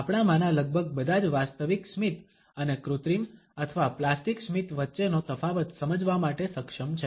આપણામાંના લગભગ બધા જ વાસ્તવિક સ્મિત અને કૃત્રિમ અથવા પ્લાસ્ટિક સ્મિત વચ્ચેનો તફાવત સમજવા માટે સક્ષમ છે